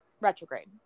retrograde